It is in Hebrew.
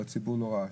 והציבור לא רעש.